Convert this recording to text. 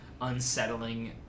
unsettling